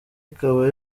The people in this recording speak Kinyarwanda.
ikaba